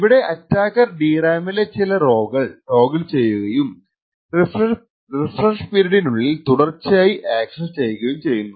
ഇവിടെ attacker DRAM ലെ ചില റൊകൾ ടോഗിൾ ചെയ്യുകയും റിഫ്രഷ് പീരിഡിനുള്ളിൽ തുടർച്ചയായി അക്സസ്സ് ചെയ്യുകയും ചെയ്യുന്നു